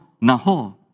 Nahor